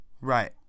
Right